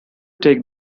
take